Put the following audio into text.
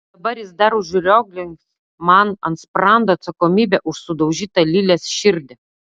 dabar jis dar užrioglins man ant sprando atsakomybę už sudaužytą lilės širdį